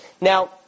Now